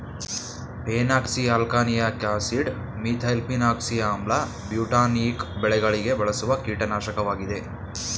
phenoxyalkanoic acid, methylphenoxy ಆಮ್ಲ, butanoic ಬೆಳೆಗಳಿಗೆ ಬಳಸುವ ಕೀಟನಾಶಕವಾಗಿದೆ